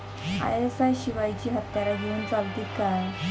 ISI शिवायची हत्यारा घेऊन चलतीत काय?